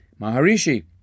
Maharishi